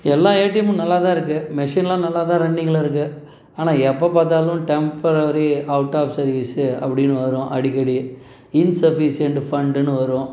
எல்லா ஏடிஎம்மும் நல்லாதான் இருக்குது மெஷின்லாம் நல்லாதான் ரன்னிங்கில் இருக்குது ஆனால் எப்போ பார்த்தாலும் டெம்ப்ரவரி அவுட் ஆஃப் சர்வீஸு அப்படின்னு வரும் அடிக்கடி இன்சஃபிஷியண்டு ஃபண்டுனு வரும்